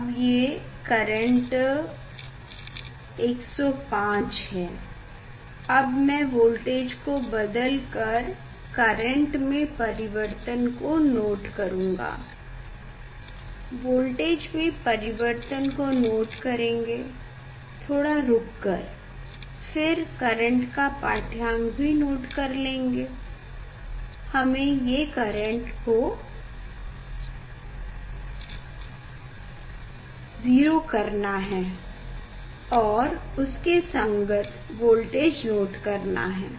अब ये करेंट 105 है अब मैं वोल्टेज को बादल कर करेंट में परिवर्तन को नोट करूँगा वोल्टेज में परिवर्तन को नोट करेंगे थोड़ा रुक कर फिर करेंट का पाढ़यांक भी नोट कर लेंगे हमें ये करेंट को 0 करना है और उसके संगत वोल्टेज नोट करना है